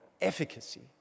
efficacy